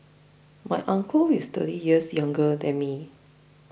my uncle is thirty years younger than me